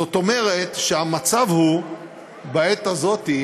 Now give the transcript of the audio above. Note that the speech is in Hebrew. זאת אומרת, המצב בעת הזאת הוא